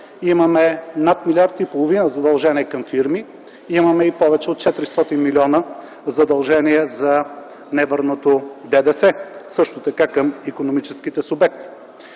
имаме над 1,5 млрд. лв. задължения към фирми, имаме и повече то 400 млн. лв. задължения за невърнато ДДС – също така към икономическите субекти.